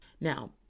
Now